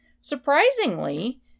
Surprisingly